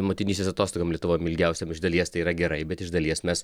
motinystės atostogom lietuvon ilgiausiom iš dalies tai yra gerai bet iš dalies mes